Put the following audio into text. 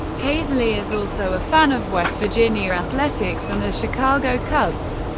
paisley is also a fan of west virginia athletics and the chicago cubs.